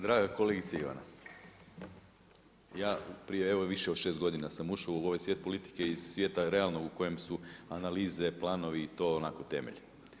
Draga kolegice Ivana, ja prije evo više od 6 godina sam ušao u ovaj svijet politike iz svijeta realno u kojem su analize, planovi, onako temelj.